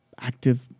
active